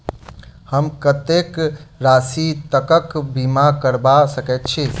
हम कत्तेक राशि तकक बीमा करबा सकैत छी?